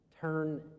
turn